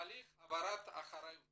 תהליך העברת האחריות